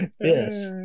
yes